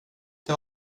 det